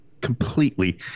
completely